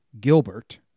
Gilbert